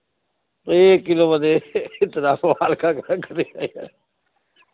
तो एक किलो बदे इतना